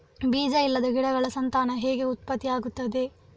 ಬೀಜ ಇಲ್ಲದ ಗಿಡಗಳ ಸಂತಾನ ಹೇಗೆ ಉತ್ಪತ್ತಿ ಆಗುತ್ತದೆ?